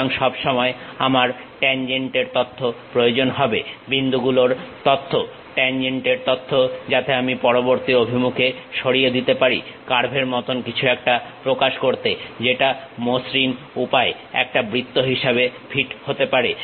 সুতরাং সব সময় আমার ট্যানজেন্টের তথ্য প্রয়োজন হবে বিন্দু গুলোর তথ্য ট্যানজেন্টের তথ্য যাতে আমি পরবর্তী অভিমুখে সরিয়ে দিতে পারি কার্ভের মতন কিছু একটা প্রকাশ করতে যেটা মসৃণ উপায় একটা বৃত্ত হিসাবে ফিট হতে পারে